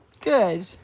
Good